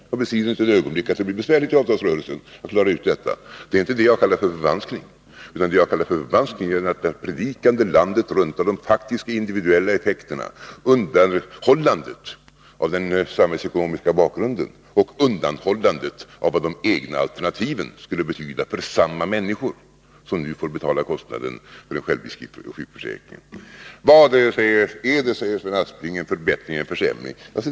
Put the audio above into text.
Jag bestrider inte ett ögonblick att det blir besvärligt att klara ut detta i avtalsrörelsen. Det är inte det jag kallar för förvanskning, utan vad jag kallar för förvanskning är detta predikande landet runt om de faktiska individuella effekterna, undanhållandet av den samhällsekonomiska bakgrunden och undanhållandet av vad de egna alternativen skulle betyda för samma människor som nu får betala kostnaden för en självrisk i sjukförsäkringen. Vad jag än säger, påstår herr Aspling, är det en försämring.